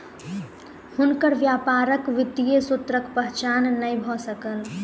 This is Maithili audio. हुनकर व्यापारक वित्तीय सूत्रक पहचान नै भ सकल